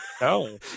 No